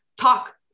talk